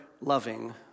loving